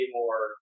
more